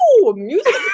music